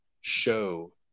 show